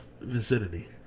vicinity